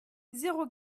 zéro